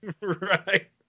Right